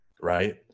Right